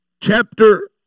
chapter